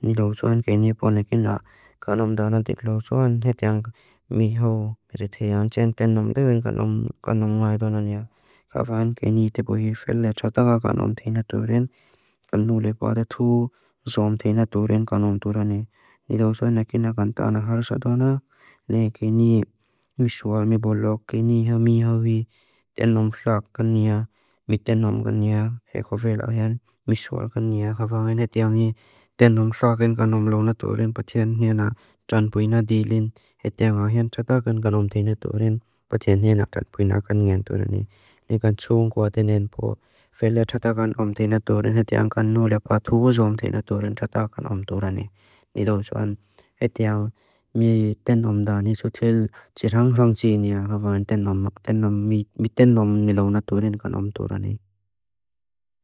Niloosuan genipo negina, kanom danatik loosuan hatia miho meritean.